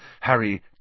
Harry